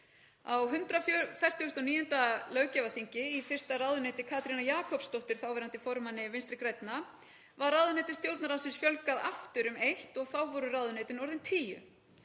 Á 149. löggjafarþingi í fyrsta ráðuneyti Katrínar Jakobsdóttur, þáverandi formanni Vinstri grænna, var ráðuneytum Stjórnarráðsins fjölgað aftur um eitt og þá voru ráðuneytin orðin tíu.